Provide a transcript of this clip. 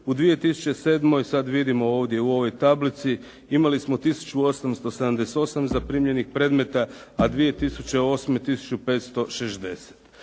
U 2007., sad vidimo ovdje u ovoj tablici imali smo 1878 zaprimljenih predmeta, a 2008. 1560.